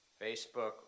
Facebook